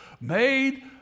made